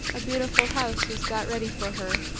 a beautiful house was got ready for her,